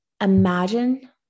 imagine